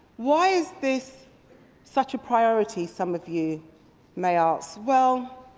why is this such a priority, some of you may ask? well,